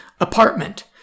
apartment